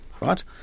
Right